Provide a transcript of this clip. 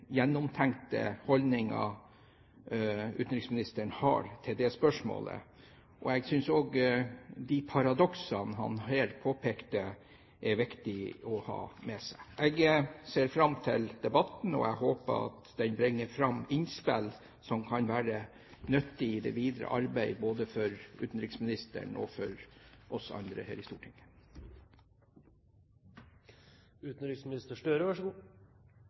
gjennomtenkte holdningen utenriksministeren har til det spørsmålet. Jeg synes også de paradoksene som han her påpekte, er viktig å ha med seg. Jeg ser fram til debatten, og jeg håper at den bringer fram innspill som kan være nyttige i det videre arbeidet både for utenriksministeren og for oss andre her i Stortinget. Som jeg sa, så